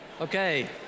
Okay